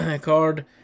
card